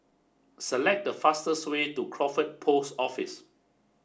select the fastest way to Crawford Post Office